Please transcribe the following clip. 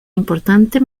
importante